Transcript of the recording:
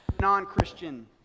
non-Christian